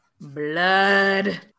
Blood